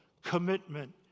Commitment